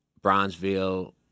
Bronzeville